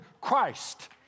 Christ